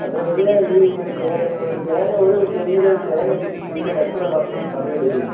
അപ്പോൾ ഇതിലെ ഈ തേങ്ങ ഒരു തെങ്ങിൽ തേങ്ങ പിടിക്കാൻ എത്ര വർഷം സമയമെടുക്കും